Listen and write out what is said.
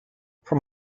from